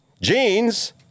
jeans